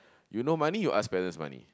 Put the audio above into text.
you no money you ask parents money